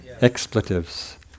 Expletives